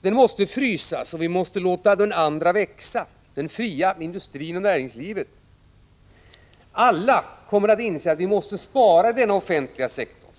den måste frysas, och vi måste låta den andra sektorn — den fria industrin och näringslivet — växa. Alla kommer att inse att vi måste spara i denna offentliga sektor.